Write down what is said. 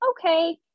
okay